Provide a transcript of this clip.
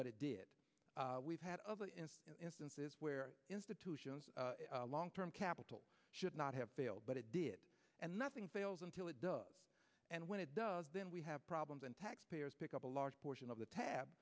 but it did we've had other instances where institutions long term capital should not have failed but it did and nothing fails until it does and when it does then we have problems and taxpayers pick up a large portion of the tab